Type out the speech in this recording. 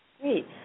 Great